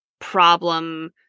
problem